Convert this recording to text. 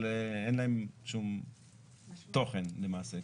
אבל אין להם שום תוכן למעשה.